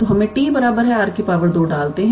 तो हमें 𝑡 𝑟 2 डालते हैं